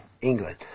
England